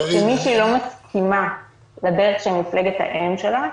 מי שלא מסכימה לדרך של מפלגת האם שלה,